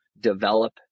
develop